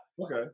Okay